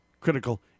critical